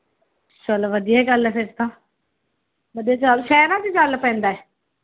ਚਲੋ ਵਧੀਆ ਗੱਲ ਹੈ ਫਿਰ ਤਾਂ ਵਧੀਆ ਸ਼ਹਿਰਾਂ 'ਚ ਚੱਲ ਪੈਂਦਾ